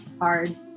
hard